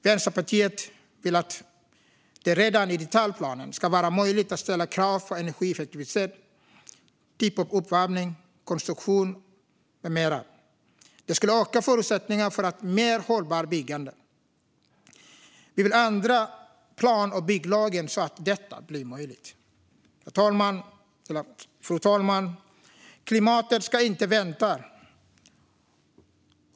Vänsterpartiet vill att det redan i detaljplanen ska vara möjligt att ställa krav på energieffektivitet, typ av uppvärmning, konstruktion med mera. Det skulle öka förutsättningarna för ett mer hållbart byggande. Vi vill ändra plan och bygglagen så att detta blir möjligt. Fru talman! Klimatet kan inte vänta.